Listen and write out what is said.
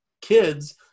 kids